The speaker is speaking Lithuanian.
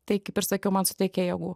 tai kaip ir sakiau man suteikė jėgų